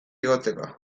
igotzeko